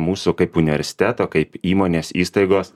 mūsų kaip universiteto kaip įmonės įstaigos